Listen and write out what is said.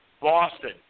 Boston